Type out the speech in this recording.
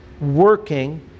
working